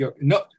no